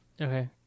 Okay